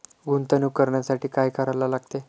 गुंतवणूक करण्यासाठी काय करायला लागते?